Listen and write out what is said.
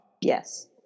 Yes